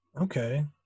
Okay